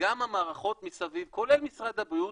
וגם המערכות מסביב, כולל משרד הבריאות,